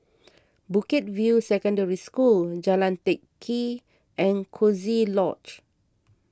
Bukit View Secondary School Jalan Teck Kee and Coziee Lodge